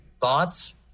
thoughts